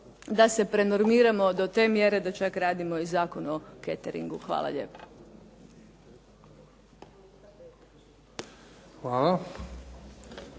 da se prenormiramo do te mjere da čak radimo i Zakon o cateringu. Hvala lijepo.